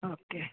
okay